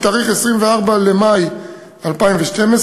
בתאריך 24 במאי 2012,